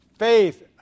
Faith